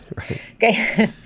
Okay